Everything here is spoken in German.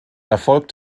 erfolg